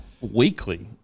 weekly